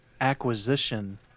Acquisition